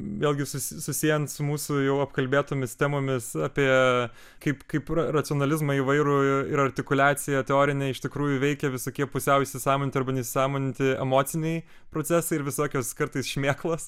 vėlgi susi susiejant su mūsų jau apkalbėtomis temomis apie kaip kaip racionalizmą įvairų ir artikuliaciją teorinę iš tikrųjų veikia visokie pusiau įsisąmoninti arba neįsisąmoninti emociniai procesai ir visokios kartais šmėklos